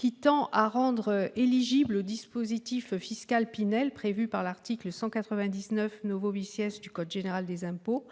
s'agit de rendre éligibles au dispositif fiscal Pinel, prévu par l'article 199 du code général des impôts,